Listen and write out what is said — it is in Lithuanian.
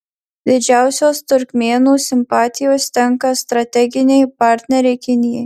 didžiausios turkmėnų simpatijos tenka strateginei partnerei kinijai